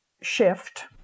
shift